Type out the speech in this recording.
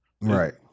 Right